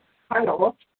hello